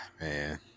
man